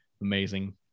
amazing